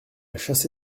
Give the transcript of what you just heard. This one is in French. chassé